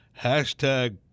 hashtag